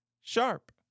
sharp